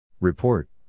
Report